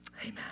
amen